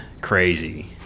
crazy